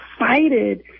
excited